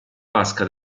vasca